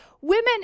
women